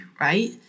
right